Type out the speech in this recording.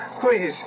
Please